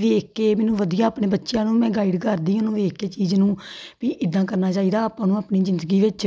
ਦੇਖ ਕੇ ਮੈਨੂੰ ਵਧੀਆ ਆਪਣੇ ਬੱਚਿਆਂ ਨੂੰ ਮੈਂ ਗਾਈਡ ਕਰਦੀ ਹਾਂ ਉਹਨੂੰ ਦੇਖ ਕੇ ਚੀਜ਼ ਨੂੰ ਵੀ ਇੱਦਾਂ ਕਰਨਾ ਚਾਹੀਦਾ ਆਪਾਂ ਨੂੰ ਆਪਣੀ ਜ਼ਿੰਦਗੀ ਵਿੱਚ